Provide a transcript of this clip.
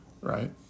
right